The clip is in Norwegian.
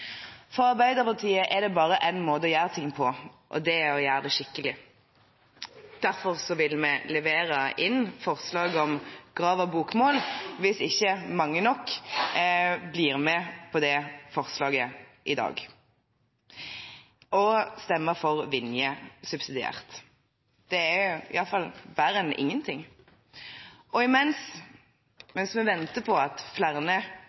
For Arbeiderpartiet er det bare én måte å gjøre ting på, og det er å gjøre det skikkelig. Derfor vil vi levere inn forslag om Graver-bokmål hvis ikke mange nok blir med på det forslaget i dag, og stemme for Vinjes versjon subsidiært. Det er i alle fall bedre enn ingen ting. Og mens vi venter på at flere